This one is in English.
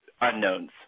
unknowns